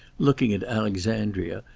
looking at alexandria,